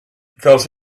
because